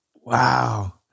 Wow